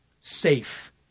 safe